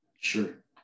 sure